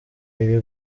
iri